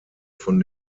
von